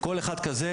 כל אחד כזה,